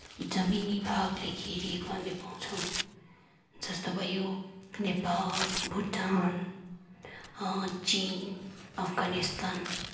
जमिनी भागले घेरिएको हामी पाउँछौँ जस्तो भयो नेपाल भुटान चिन अफगानिस्तान